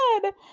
good